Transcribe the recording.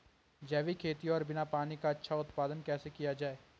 जैविक खेती और बिना पानी का अच्छा उत्पादन कैसे किया जाए?